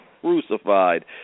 crucified